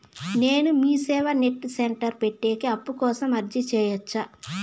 నేను MeeSeva net centre పెట్టేకి అప్పు కోసం అర్జీ సేయొచ్చా?